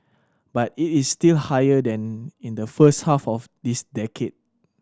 but it is still higher than in the first half of this decade